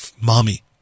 mommy